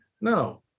No